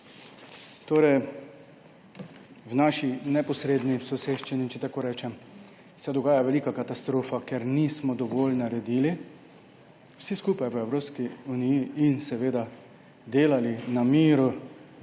V naši neposredni soseščini, če tako rečem, se dogaja velika katastrofa, ker nismo dovolj naredili, vsi skupaj v Evropski uniji, in delali na miru.